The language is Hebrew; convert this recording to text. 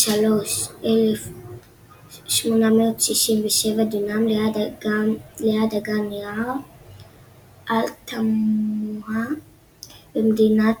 כ-43,867 דונם ליד אגן נהר Altamaha במדינת